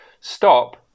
Stop